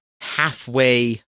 halfway